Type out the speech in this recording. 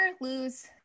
lose